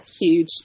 huge